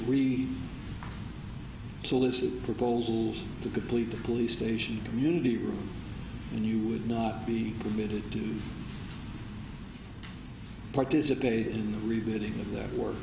we solicit proposals to complete the police station community room and you would not be permitted to participate in the reading of that wor